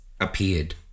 appeared